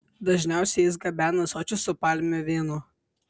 dažniausiai jais gabena ąsočius su palmių vynu